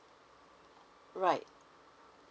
right